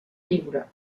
lliure